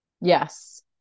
Yes